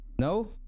No